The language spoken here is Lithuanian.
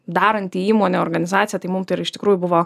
daranti įmonė organizacija tai mum tai ir iš tikrųjų buvo